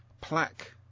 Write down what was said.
plaque